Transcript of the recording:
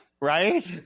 Right